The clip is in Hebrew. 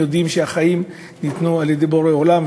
יודעים שהחיים ניתנו על-ידי בורא עולם,